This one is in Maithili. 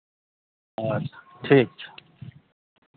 अच्छा ठीक छै